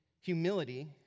humility